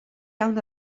iawn